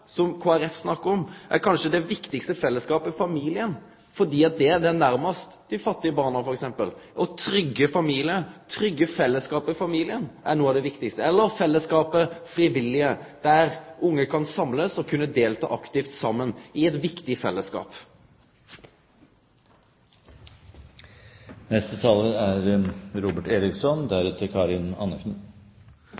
er kanskje den viktigaste fellesskapen familien, fordi familien t.d. er nærmast dei fattige barna. Å tryggje familien, å tryggje fellesskapen i familien er noko av det viktigaste – eller den friviljuge fellesskapen der barn kan samlast og kan delta aktivt saman i ein viktig